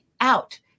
out